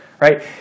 right